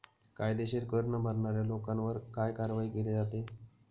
कायदेशीर कर न भरणाऱ्या लोकांवर काय कारवाई केली जाते?